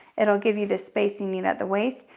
it'll give you this space you need at the waist,